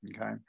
okay